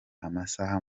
amasaha